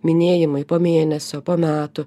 minėjimai po mėnesio po metų